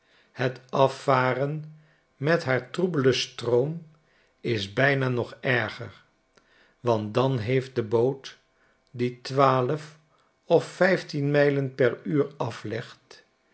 het afvaren met haar troebelen stroom is bijna nog erger want danheeft de boot die twaalf of vijftien mijlen per uur aflegt